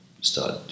start